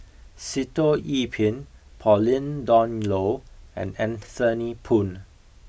Sitoh Yih Pin Pauline Dawn Loh and Anthony Poon